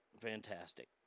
fantastic